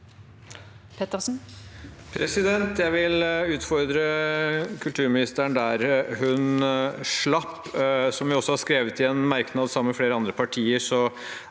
Jeg vil utfordre kul- turministeren der hun slapp. Som vi også har skrevet i en merknad sammen flere andre partier,